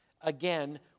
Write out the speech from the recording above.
Again